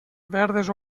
verdes